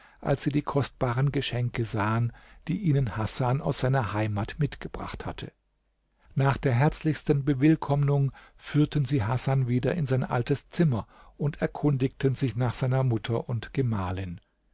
als sie die kostbaren geschenke sahen die ihnen hasan aus seiner heimat mitgebracht hatte nach der herzlichsten bewillkommnung führten sie hasan wieder in sein altes zimmer und erkundigten sich nach seiner mutter und gemahlin